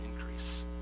increase